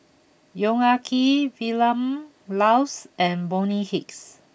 Yong Ah Kee Vilma Laus and Bonny Hicks